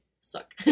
suck